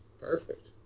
Perfect